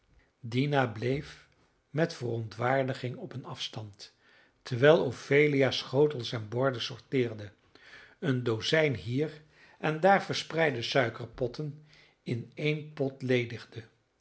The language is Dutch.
dina bleef met verontwaardiging op een afstand terwijl ophelia schotels en borden sorteerde een dozijn hier en daar verspreide suikerpotten in één pot ledigde